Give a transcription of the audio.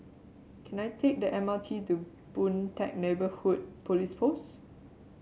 can I take the M R T to Boon Teck Neighbourhood Police Post